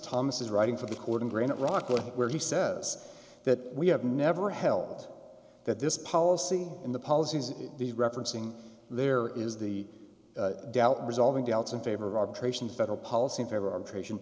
thomas is writing for the court in granite rock where he says that we have never held that this policy in the policies of the referencing there is the doubt resolving doubts in favor of arbitration federal policy in favor arbitration